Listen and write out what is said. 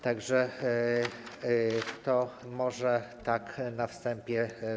Tak że to może tak na wstępie.